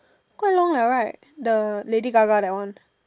quite long liao right the lady Gaga that one